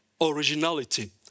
originality